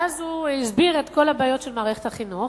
ואז הוא הסביר את כל הבעיות של מערכת החינוך,